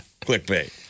Clickbait